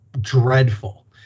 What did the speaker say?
dreadful